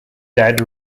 dead